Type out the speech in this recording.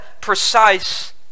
precise